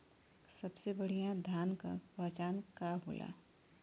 सबसे बढ़ियां धान का पहचान का होला?